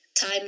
time